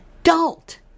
adult